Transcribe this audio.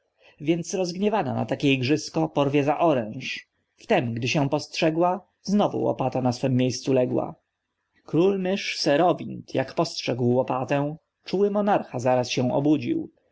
więc rozgniewana na takie igrzysko porwie za oręż wtem gdy się postrzegła znowu łopata na swem miejscu legła król mysz serowind jak postrzegł łopatę czuły monarcha zaraz się obudził